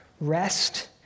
rest